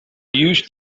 used